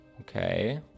Okay